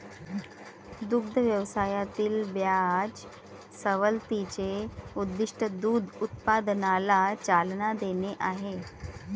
दुग्ध व्यवसायातील व्याज सवलतीचे उद्दीष्ट दूध उत्पादनाला चालना देणे आहे